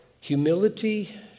humility